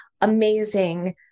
amazing